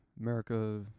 america